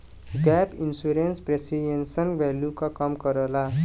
gap insurance depreciation value क कम करला